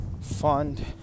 fund